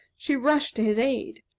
she rushed to his aid.